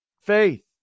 faith